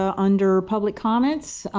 ah under public comments.